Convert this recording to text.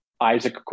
Isaac